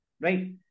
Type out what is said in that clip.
right